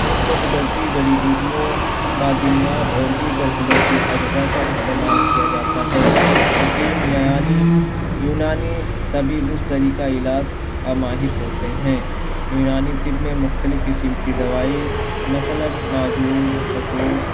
اس میں قدرتی جڑی بوٹیوں معدنیات اور دیگر قدرتی اجزا کا استعمال کیا جاتا ہے حکیم ییانی یونانی طبیب اس طریقۂِ علاج کا ماہر ہوتے ہیں یونانی طب میں مختلف قسم کی دوائی مثلاً معجون سفوس